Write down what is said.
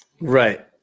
right